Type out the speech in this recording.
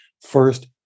First